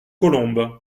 colombe